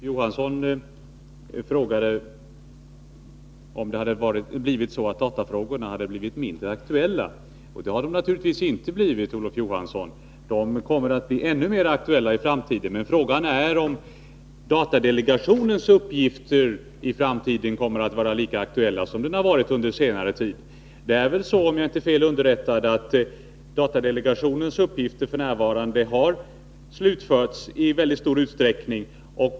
Fru talman! Olof Johansson undrade om datafrågorna hade blivit mindre aktuella. Det har de naturligtvis inte blivit, Olof Johansson. De kommer att bli ännu mer aktuella i framtiden. Men frågan är om datadelegationens uppgifter i framtiden kommer att vara lika aktuella som de varit under senare tid. Om jag inte är fel underrättad har datadelegationen f. n. i mycket stor utsträckning slutfört sitt uppdrag.